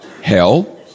hell